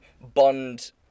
Bond